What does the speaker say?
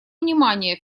внимание